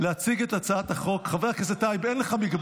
נא להוסיף את חבר הכנסת בצלאל.